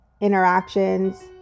interactions